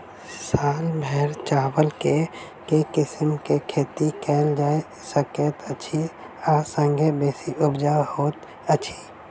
साल भैर चावल केँ के किसिम केँ खेती कैल जाय सकैत अछि आ संगे बेसी उपजाउ होइत अछि?